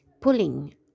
pulling